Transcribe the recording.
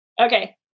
Okay